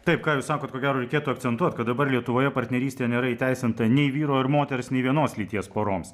taip ką jūs sakot ko gero reikėtų akcentuot kad dabar lietuvoje partnerystė nėra įteisinta nei vyro ir moters nei vienos lyties poroms